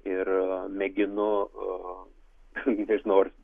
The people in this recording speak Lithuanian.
ir mėginu irgi nežinau ar